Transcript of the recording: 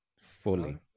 Fully